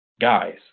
Guys